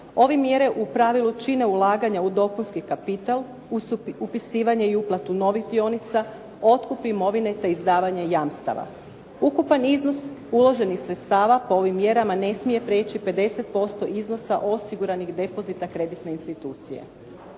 Ove mjere u pravilu čine ulaganja u dopunski kapital, upisivanje i uplatu novih dionica, otkup imovine, te izdavanje jamstava. Ukupan iznos uloženih sredstava po ovim mjerama ne smije preći 50% iznosa osiguranih depozita kreditne institucije.